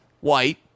white